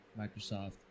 Microsoft